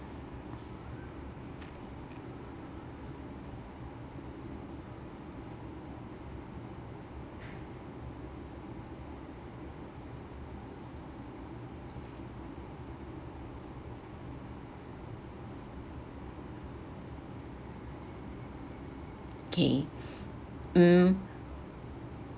okay mm